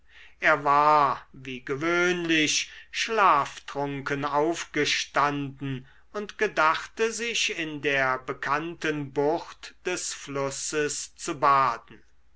er war wie gewöhnlich schlaftrunken aufgestanden und gedachte sich in der bekannten bucht des flusses zu baden